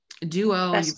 duo